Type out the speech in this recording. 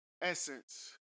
essence